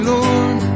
Lord